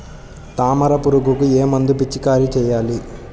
తామర పురుగుకు ఏ మందు పిచికారీ చేయాలి?